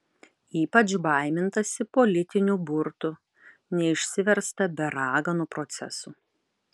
ypač baimintasi politinių burtų neišsiversta be raganų procesų